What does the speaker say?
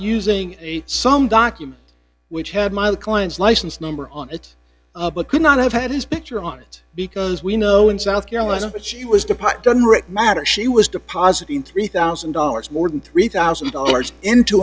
using some documents which had my clients license number on it but could not have had his picture on it because we know in south carolina that she was depart on rick matter she was depositing three thousand dollars more than three thousand dollars into